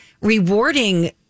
rewarding